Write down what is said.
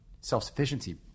self-sufficiency